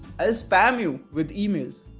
ah spam you with emails.